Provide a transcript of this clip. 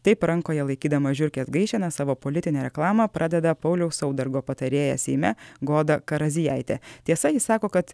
taip rankoje laikydama žiurkės gaišena savo politinę reklamą pradeda pauliaus saudargo patarėja seime goda karazijaitė tiesa ji sako kad